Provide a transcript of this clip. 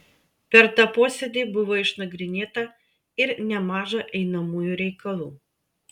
per tą posėdį buvo išnagrinėta ir nemaža einamųjų reikalų